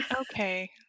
Okay